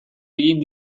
egin